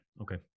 Okay